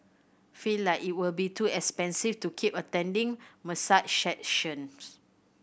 feel like it will be too expensive to keep attending massage sessions